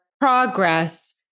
progress